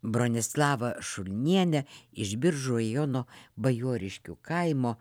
bronislava šulnienė iš biržų rajono bajoriškių kaimo